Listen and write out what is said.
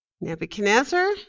Nebuchadnezzar